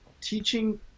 teaching